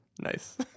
Nice